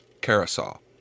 Carousel